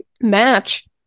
match